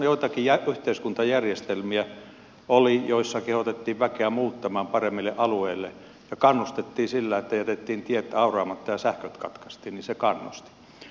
oli joitakin yhteiskuntajärjestelmiä joissa kehotettiin väkeä muuttamaan paremmille alueille ja kannustettiin sillä että jätettiin tiet auraamatta ja sähköt katkaistiin se kannusti